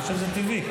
אני חושב שזה טבעי.